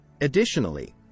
Additionally